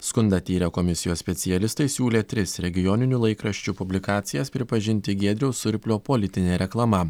skundą tyrę komisijos specialistai siūlė tris regioninių laikraščių publikacijas pripažinti giedriaus surplio politine reklama